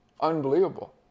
unbelievable